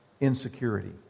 insecurity